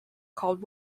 called